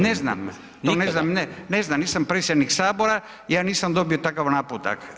Ne znam, to ne znam, nisam predsjednik Sabora, ja nisam dobio takav naputak.